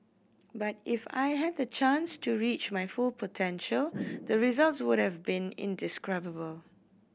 but if I had the chance to reach my full potential the results would have been indescribable